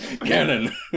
Cannon